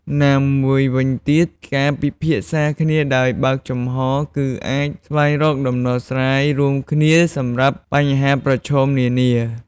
ណាមួយវិញទៀត ការពិភាក្សាគ្នាដោយបើកចំហរ គឺអាចស្វែងរកដំណោះស្រាយរួមគ្នាសម្រាប់បញ្ហាប្រឈមនានា។